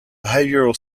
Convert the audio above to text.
behavioral